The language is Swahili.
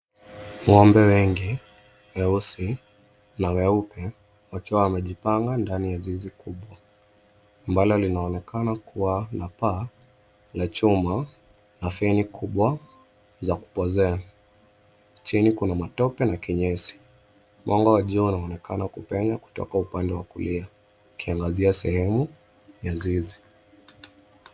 Ng’ombe wengi, weusi na weupe, wakiwa wamejipanga ndani ya zizi kubwa. Banda linaonekana kuwa na paa la chuma, hafeni kubwa za kupozea. Chini kuna matope na kinyesi. Mwanga wa jua unaonekana kupenya kutoka upande wa kulia, ikiangazia sehemu ya zizi.